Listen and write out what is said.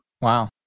Wow